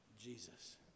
Jesus